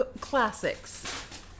classics